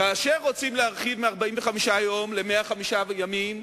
כאשר רוצים להרחיב מ-45 יום ל-105 יום,